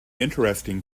interesting